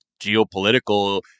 geopolitical